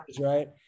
right